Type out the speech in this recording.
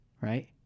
right